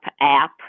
app